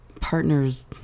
partner's